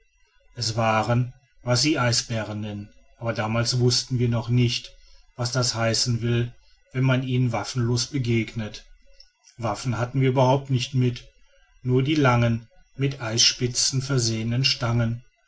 es waren was sie eisbären nennen aber damals wußten wir noch nicht was das heißen will wenn man ihnen waffenlos begegnet waffen hatten wir überhaupt nicht mit nur die langen mit eisenspitzen versehenen stangen